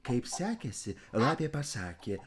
kaip sekėsi lapė pasakė